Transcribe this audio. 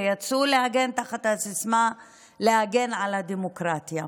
ויצאו להגן תחת הסיסמה "להגן על הדמוקרטיה".